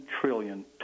trillion